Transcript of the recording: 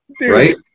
right